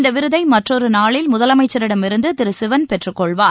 இந்த விருதை மற்றொரு நாளில் முதலமைச்சரிடமிருந்து திரு சிவன் பெற்றுக்கொள்வார்